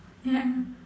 ya